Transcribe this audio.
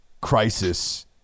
crisis